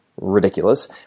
ridiculous